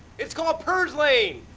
it's called perslaine.